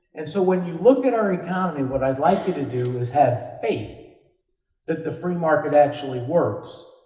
and so, when you look at our economy, what i'd like you to do is have faith that the free market actually works,